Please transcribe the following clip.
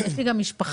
יש להם גם משפחה